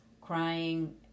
crying